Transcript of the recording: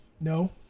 no